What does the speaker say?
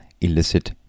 illicit